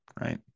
right